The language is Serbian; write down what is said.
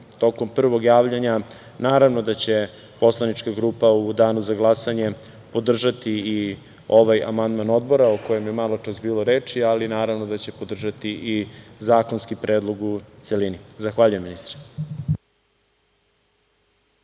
tokom prvog javljanja, naravno da će poslanička grupa u danu za glasanje podržati i ovaj amandman Odbora o kojem je maločas bilo reči, ali naravno da će podržati i zakonski predlog u celini. Zahvaljujem.